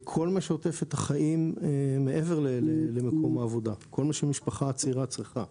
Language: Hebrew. כל מה שעוטף את החיים מעבר למקום העבודה כל מה שמשפחה צעירה צריכה: